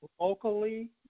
locally